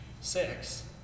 six